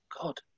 God